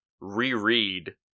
reread